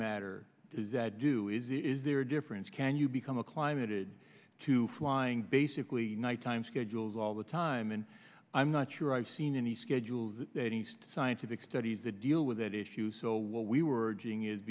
matter is that do is is there a difference can you become a climate id to flying basically nighttime schedules all the time and i'm not sure i've seen any schedules east scientific studies the deal with that issue so what we were